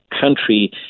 country